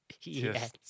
Yes